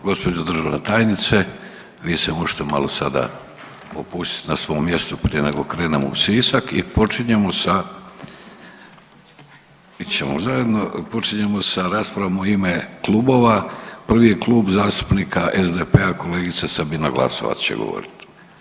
Hvala lijepo, gđo. državna tajnice vi se možete malo sada opustit na svom mjestu prije nego krenemo u Sisak i počinjemo sa, ići ćemo zajedno, počinjemo sa raspravom u ime klubova, prvi je Klub zastupnika SDP-a, kolegica Sabina Glasovac će govorit.